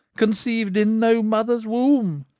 conceived in no mother's womb?